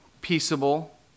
peaceable